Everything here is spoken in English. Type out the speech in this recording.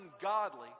ungodly